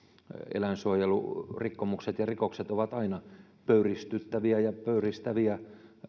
eläinsuojelurikkomukset ja rikokset ovat aina pöyristyttäviä ja pöyristäviä